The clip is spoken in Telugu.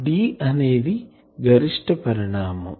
D అనేది గరిష్ట పరిణామం